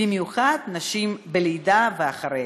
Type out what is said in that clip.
במיוחד נשים בלידה ואחריה.